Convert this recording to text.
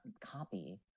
copy